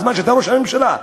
בזמן שאתה ראש הממשלה,